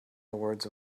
words